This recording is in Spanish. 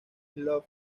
love